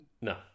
No